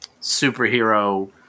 superhero